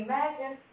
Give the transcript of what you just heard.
Imagine